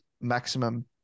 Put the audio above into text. maximum